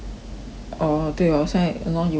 orh 对 hor 现在 !hannor! 有可能 ah